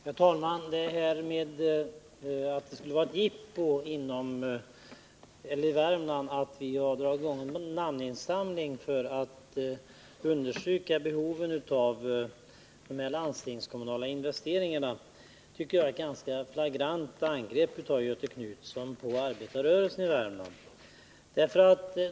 Herr talman! Påståendet att det skulle vara ett jippo inom Värmland att vi dragit igång en namninsamling för att understryka behovet av de landstingskommunala investeringarna tycker jag är ett ganska flagrant angrepp av Göthe Knutson på arbetarrörelsen i Värmland.